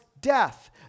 death